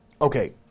Okay